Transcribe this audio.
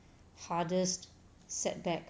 hardest setback